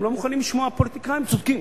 הם גם לא מוכנים לשמוע פוליטיקאים, והם צודקים.